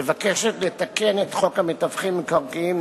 מבקשת לתקן את חוק המתווכים במקרקעין,